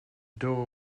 door